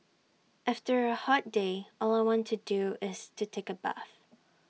after A hot day all I want to do is take A bath